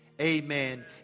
amen